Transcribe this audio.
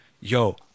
yo